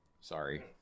Sorry